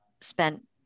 spent